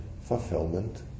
fulfillment